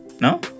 No